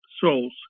souls